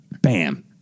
Bam